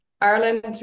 Ireland